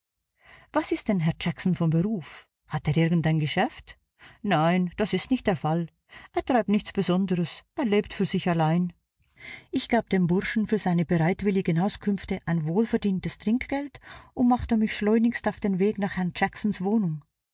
was ist denn herr jackson von beruf hat er irgend ein geschäft nein das ist nicht der fall er treibt nichts besonderes er lebt für sich allein ich gab dem burschen für seine bereitwilligen auskünfte ein wohlverdientes trinkgeld und machte mich schleunigst auf den weg nach herrn jacksons wohnung